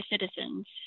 citizens